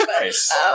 Nice